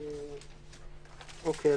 אוקיי.